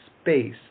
space